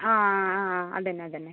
ആ ആ ആ അത് തന്നെ അത് തന്നെ